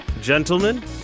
Gentlemen